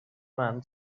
man